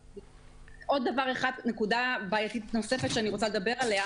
עוד נקודה בעייתית נוספת שאני רוצה לדבר עליה